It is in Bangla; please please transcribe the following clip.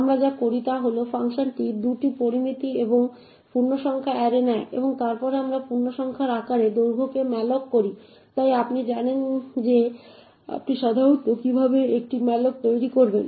আমরা যা করি তা হল ফাংশনটি 2টি পরামিতি এবং পূর্ণসংখ্যা অ্যারে নেয় এবং তারপরে আমরা পূর্ণসংখ্যার আকারে দৈর্ঘ্যকে malloc করি তাই আপনি জানেন যে আপনি সাধারণত কীভাবে একটি malloc তৈরি করবেন